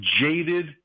jaded